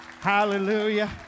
hallelujah